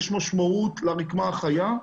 יש משמעות לרקמה החיה,